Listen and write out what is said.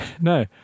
No